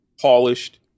polished